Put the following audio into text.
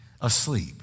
asleep